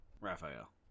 Raphael